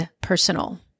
personal